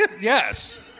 Yes